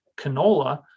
canola